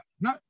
No